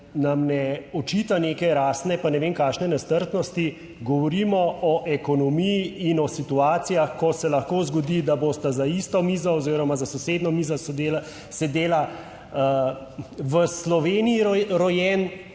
nam ne očita neke rasne pa ne vem kakšne nestrpnosti. govorimo o ekonomiji in o situacijah, ko se lahko zgodi, da bosta za isto mizo oziroma za sosednjo mizo sedela v Sloveniji rojen